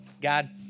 God